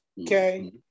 okay